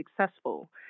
successful